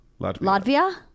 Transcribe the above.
Latvia